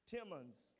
Timmons